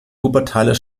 wuppertaler